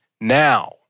now